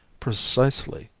precisely,